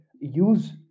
use